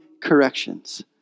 corrections